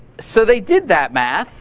so they did that math.